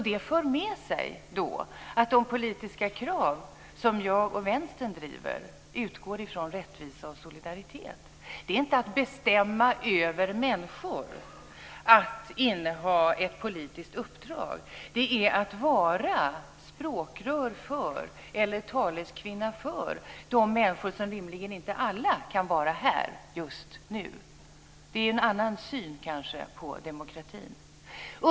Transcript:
Det för med sig att de politiska krav som jag och Vänstern driver utgår från rättvisa och solidaritet. Det är inte att bestämma över människor att inneha ett politiskt uppdrag. Det är att vara språkrör eller taleskvinna för de människor som rimligen inte alla kan vara här just nu. Det är kanske en annan syn på demokratin.